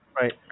right